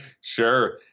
Sure